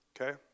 Okay